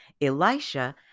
Elisha